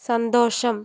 സന്തോഷം